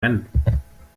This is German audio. rennen